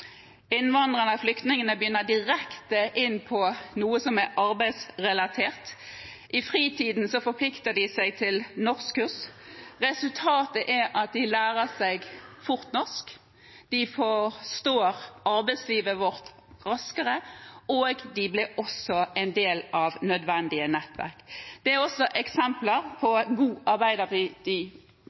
Innvandrerne eller flyktningene begynner direkte på noe som er arbeidsrelatert. De forplikter seg til å delta på norskkurs i fritiden. Resultatet er at de lærer seg norsk fort. De forstår arbeidslivet vårt raskere, og de blir også en del av nødvendige nettverk. Dette er også eksempler på god